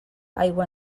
aigua